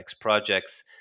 projects